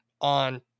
on